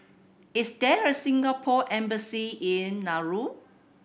is there a Singapore Embassy in Nauru